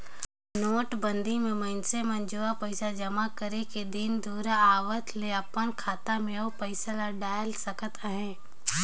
नोटबंदी म मइनसे मन जुनहा पइसा जमा करे के दिन दुरा कर आवत ले अपन खाता में ओ पइसा ल डाएल सकत अहे